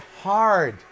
hard